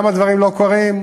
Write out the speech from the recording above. למה הדברים לא קורים?